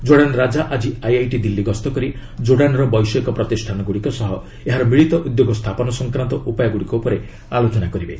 Jordan ରାଜା ଆଜି IIT Delhi ଗସ୍ତ କରି ଜୋର୍ଡାନ୍ର ବୈଷୟିକ ପ୍ରତିଷ୍ଠାନ ଗୁଡ଼ିକ ସହ ଏହାର ମିଳିତ ଉଦ୍ୟୋଗ ସ୍ଥାପନ ସଂକ୍ରାନ୍ତ ଉପାୟ ଉପରେ ଆଲୋଚନା କରିବେ